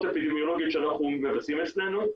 אפידמיולוגיות שאנחנו מבצעים אצלנו,